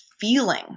feeling